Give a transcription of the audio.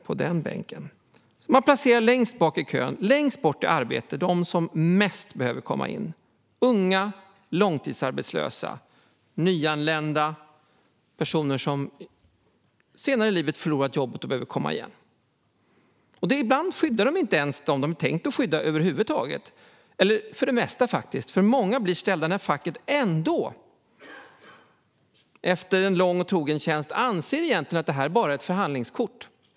De som mest behöver komma in placeras längst bak i kön, längst bort från arbete - unga, långtidsarbetslösa, nyanlända och personer som har förlorat jobbet senare i livet och behöver komma igen. Ibland skyddar man över huvud taget inte ens dem som det är tänkt att man ska skydda. För det mesta är det faktiskt så. Många blir nämligen efter lång och trogen tjänst ställda när facket ändå anser att detta egentligen bara är ett förhandlingskort.